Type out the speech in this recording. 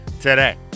today